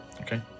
Okay